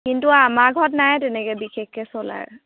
কিন্তু আমাৰ ঘৰত নাই তেনেকৈ বিশেষকৈ চ'লাৰ